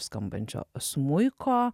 skambančio smuiko